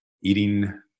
eating